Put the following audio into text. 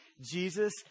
Jesus